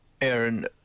Aaron